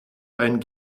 ein